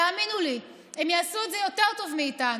תאמינו לי, הם יעשו את זה יותר טוב מאיתנו.